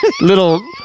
little